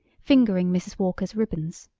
fingering mrs. walker's ribbons.